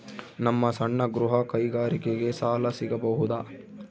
ನಮ್ಮ ಸಣ್ಣ ಗೃಹ ಕೈಗಾರಿಕೆಗೆ ಸಾಲ ಸಿಗಬಹುದಾ?